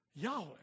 Yahweh